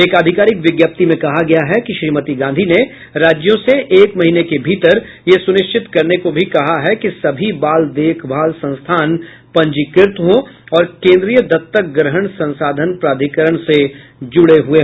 एक आधिकारिक विज्ञप्ति में कहा गया है कि श्रीमती गांधी ने राज्यों से एक महीने के भीतर यह सुनिश्चित करने को भी कहा कि सभी बाल देखभाल संस्थान पंजीकृत हों और केन्द्रीय दत्तक ग्रहण संसाधन प्राधिकरण से जुड़े हुए हों